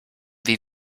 wie